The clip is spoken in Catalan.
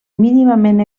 mínimament